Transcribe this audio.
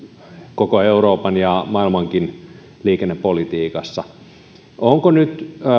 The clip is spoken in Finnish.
koko euroopan ja maailmankin liikennepolitiikassa onko nyt